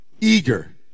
eager